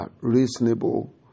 reasonable